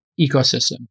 ecosystem